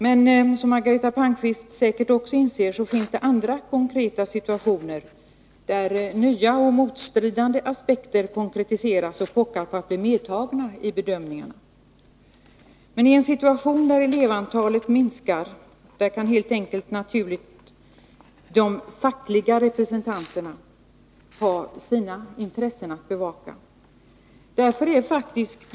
Men som Margareta Palmqvist säkert också inser finns det situationer där nya och motstridande aspekter konkretiseras och pockar på att bli medtagna i bedömningen. I en situation där elevantalet minskar kan helt naturligt de fackliga representanterna ha sina intressen att bevaka.